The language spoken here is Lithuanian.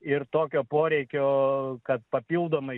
ir tokio poreikio kad papildomai